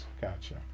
gotcha